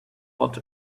hot